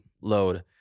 load